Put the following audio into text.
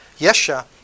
Yesha